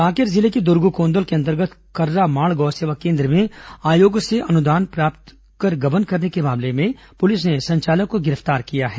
कांकेर जिले के दुर्ग्रकोंदल के अंतर्गत कर्रामाड़ गौसेवा केन्द्र में आयोग से प्राप्त अनुदान का गबन करने के मामले में पुलिस ने संचालक को गिरफ्तार किया है